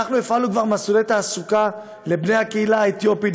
אנחנו הפעלנו כבר מסלולי תעסוקה לבני הקהילה האתיופית,